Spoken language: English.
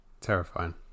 terrifying